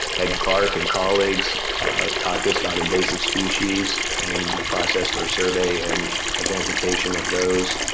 ed clark and colleagues talked to us about invasive species and the process for survey and identification of those.